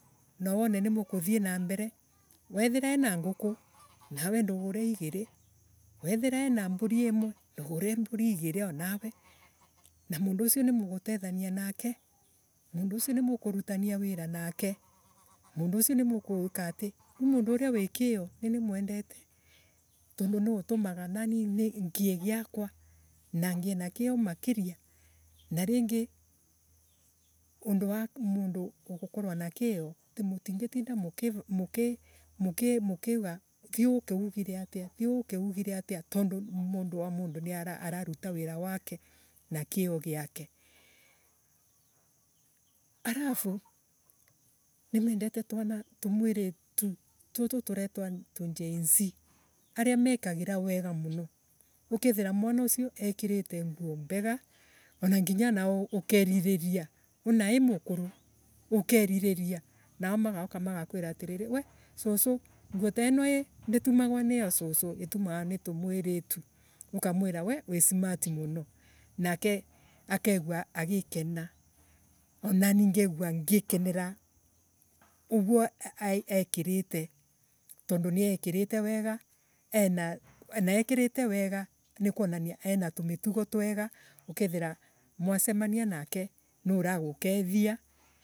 Na woone nimukuthie na mbere wethiire ena nguku nawe ndugure igiire wethiire ena mburi imwe ndugure mbuti giire anawe na mundu ucio nimugutethania nake mundu ucio nimukunitania wiira nake mundu ucio nimugi kati nii mundu uria wi kiio ninimwendete tondu niutumaga ananie ngie gakwa na ngie na kiio makiria na ringi undu wa mundu gukurua na kiio ati mutingitinda muki Muki muki muki. Mukiuga thie uke ugire atia thie uke ugire atia tandu mundu wa mundu niararuta wira wake na kiio giake. arafu nimendete twana tumwiretu tutu turetw tu genz aria mekagira wega muno. Ukethiira mwana ucio ekirete nguo mbega wana ngina anawe ukeririria unaemukaro ukeririria nao magauka magakwira atiriri we saso nguo taino ii nditumwagwa ni a soso itumwagwa ni tumwiriitu ukamwira we wii smati muno nake akegua agikena wananie ngegua ngikenera uguo ekirite tondu niekiriite wega ena. Na ekiriite wega nikuonania ena tumitugo twega ukethiira mwa wemania nake nuuraguketha